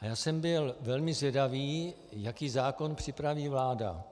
Já jsem byl velmi zvědavý, jaký zákon připraví vláda.